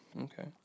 Okay